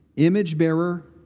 image-bearer